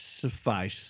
suffice